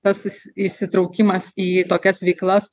tas įs įsitraukimas į tokias veiklas